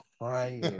crying